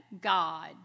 God